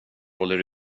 håller